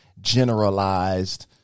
generalized